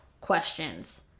questions